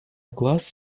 глаз